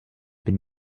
been